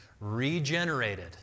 regenerated